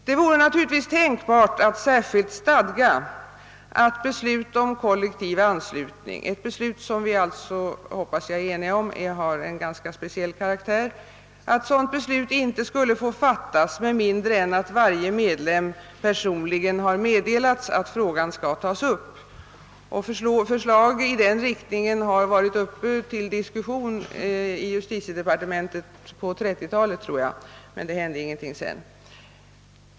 Det vore naturligtvis tänkbart att särskilt stadga att beslut om kollektiv anslutning, ett beslut som enligt vad vi är eniga om har en ganska speciell karaktär, inte skulle få fattas med mindre än att varje medlem personligen har meddelats att frågan skall tas upp. Förslag i denna riktning har varit uppe till diskussion i justitiedepartementet, jag tror att det var på 1930-talet, men ingenting har hänt sedän dess.